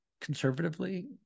conservatively